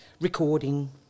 recording